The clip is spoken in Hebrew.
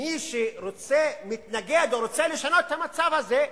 מי שמתנגד או רוצה לשנות את המצב הזה,